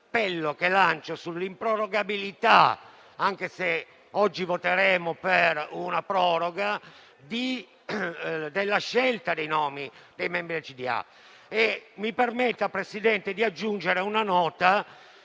Mi permetta, Presidente, di aggiungere una nota